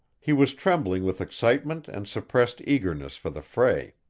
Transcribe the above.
he was trembling with excitement and suppressed eagerness for the fray.